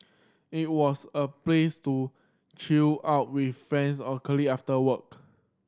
it was a place to chill out with friends or colleague after work